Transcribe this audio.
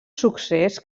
succés